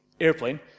airplane